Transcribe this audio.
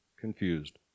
confused